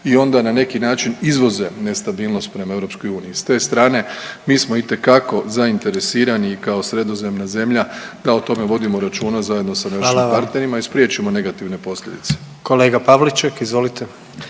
i onda na neki način izvoze nestabilnost prema EU i s te strane mi smo itekako zainteresirani i kao sredozemna zemlja da o tome vodimo računa zajedno sa našim partnerima…/Upadica predsjednik: Hvala vam/… i